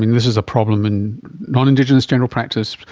this is a problem in non-indigenous general practice,